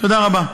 תודה רבה.